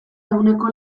ehuneko